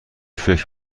فکر